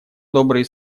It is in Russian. добрые